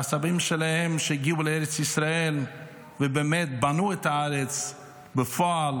הסבים שלהם שהגיעו לארץ ישראל ובנו את הארץ בפועל,